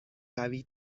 قوی